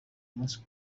umunsi